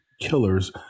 killers